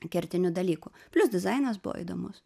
kertinių dalykų plius dizainas buvo įdomus